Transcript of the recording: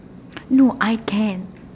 no I can